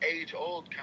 age-old